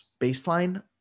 baseline